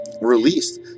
released